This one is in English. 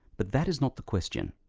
but that is not the question.